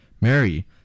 Mary